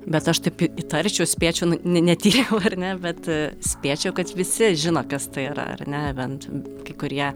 bet aš taip į įtarčiau spėčiau nu ne netyriau ar ne bet spėčiau kad visi žino kas tai yra ar ne bent kai kurie